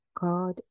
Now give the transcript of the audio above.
God